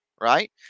right